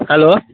hello